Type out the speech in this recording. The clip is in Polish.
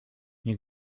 nie